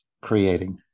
creating